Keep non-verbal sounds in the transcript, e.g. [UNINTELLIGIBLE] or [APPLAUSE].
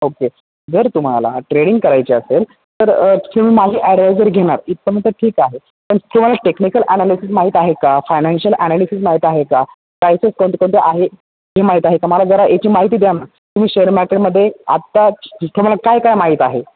okay जर तुम्हाला trading करायची असेल तर तुम्ही माझी ॲडवायजरी घेणार इथपर्यंत ठीक आहे पण तुम्हाला टेक्निकल ॲनालिसिस माहीत आहे का फायनान्शियल ॲनालिसिस माहीत आहे का [UNINTELLIGIBLE] कोणते कोणते आहे हे माहीत आहे का मला जरा याची माहिती द्याना तुम्ही शेअर मार्केटमध्ये आत्ता तुम्हाला काय काय माहीत आहे